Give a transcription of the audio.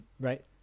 right